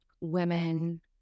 women